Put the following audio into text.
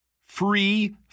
free